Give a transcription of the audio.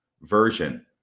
version